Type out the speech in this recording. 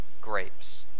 grapes